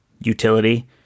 utility